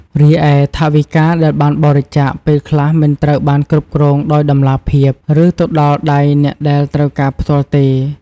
រីឯ ថវិកាដែលបានបរិច្ចាគពេលខ្លះមិនត្រូវបានគ្រប់គ្រងដោយតម្លាភាព ឬទៅដល់ដៃអ្នកដែលត្រូវការផ្ទាល់ទេ។